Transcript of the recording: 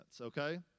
okay